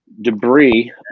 debris